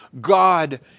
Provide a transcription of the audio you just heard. God